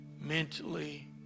mentally